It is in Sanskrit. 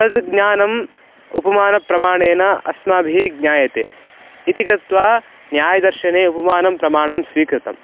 तद् ज्ञानम् उपमानप्रमाणेन अस्माभिः ज्ञायते इति कृत्वा न्यायदर्शने उपमानं प्रमाणं स्वीकृतम्